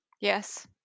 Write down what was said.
Yes